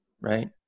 Right